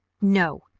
no,